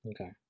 Okay